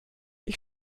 ich